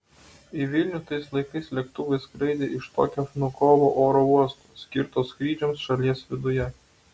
į vilnių tais laikais lėktuvai skraidė iš tokio vnukovo oro uosto skirto skrydžiams šalies viduje